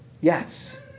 Yes